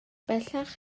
bellach